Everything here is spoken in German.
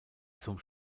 zum